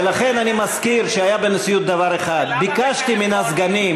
ולכן אני מזכיר שהיה בנשיאות דבר אחד: ביקשתי מן הסגנים,